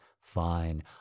Fine